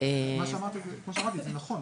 אז מה שאמרתי זה נכון,